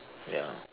ya